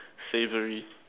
savory